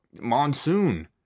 monsoon